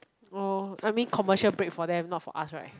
oh I mean commercial break for them not for us right